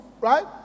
right